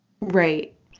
Right